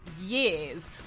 years